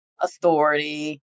authority